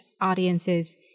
audiences